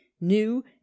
new